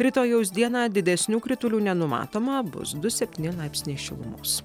rytojaus dieną didesnių kritulių nenumatoma bus du septyni laipsniai šilumos